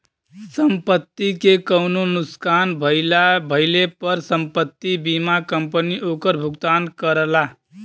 संपत्ति के कउनो नुकसान भइले पर संपत्ति बीमा कंपनी ओकर भुगतान करला